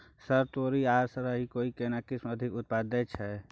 Sir तोरी आ राई के केना किस्म अधिक उत्पादन दैय छैय?